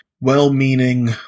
well-meaning